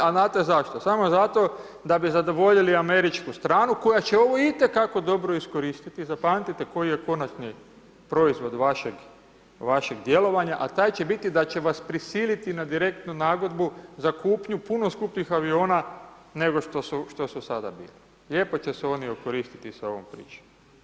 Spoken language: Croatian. A znate zašto, samo zato da bi zadovoljili američku stranu koja će ovo itekako dobro iskoristiti zapamtite koji je konačni proizvod vašeg, vašeg djelovanja a taj će biti da će vas prisiliti na direktnu nagodbu za kupnju puno skupljih aviona nego što su sada bili, lijepo će se oni okoristiti sa ovom pričom.